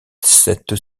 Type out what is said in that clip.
cette